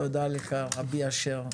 תודה לך, רבי אשר.